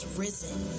risen